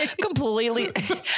completely